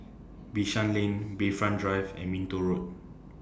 Bishan Lane Bayfront Drive and Minto Road